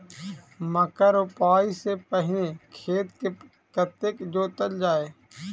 मक्का रोपाइ सँ पहिने खेत केँ कतेक जोतल जाए?